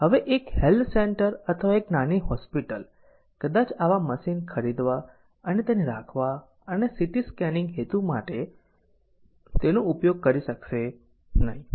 હવે એક health centre અથવા એક નાની હોસ્પિટલ કદાચ આવા મશીન ખરીદવા અને તેને રાખવા અને સીટી સ્કેનિંગ હેતુ માટે તેનો ઉપયોગ કરી શકશે નહીં